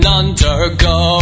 undergo